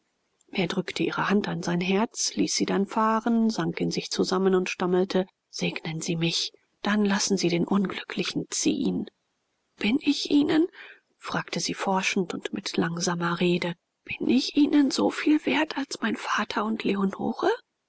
er drückte ihre hand an sein herz ließ sie dann fahren sank in sich zusammen und stammelte segnen sie mich dann lassen sie den unglücklichen ziehen bin ich ihnen fragte sie forschend und mit langsamer rede bin ich ihnen so viel wert als mein vater und leonore